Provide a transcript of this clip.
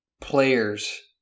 players